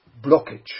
blockage